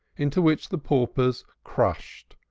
into which the paupers crushed,